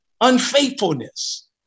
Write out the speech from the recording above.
unfaithfulness